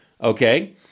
Okay